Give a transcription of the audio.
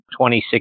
2016